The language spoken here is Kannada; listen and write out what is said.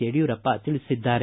ಯಡಿಯೂರಪ್ಪ ತಿಳಿಸಿದ್ದಾರೆ